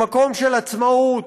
למקום של עצמאות